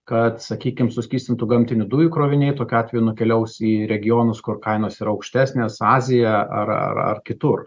kad sakykim suskystintų gamtinių dujų kroviniai tokiu atveju nukeliaus į regionus kur kainos yra aukštesnės azijoje ar ar kitur